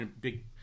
big